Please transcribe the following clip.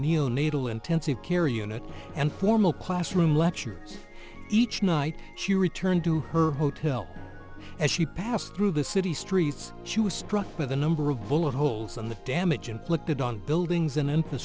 neonatal intensive care unit and formal classroom lectures each night she returned to her hotel as she passed through the city streets she was struck by the number of bullet holes on the damage inflicted on buildings and in